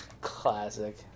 Classic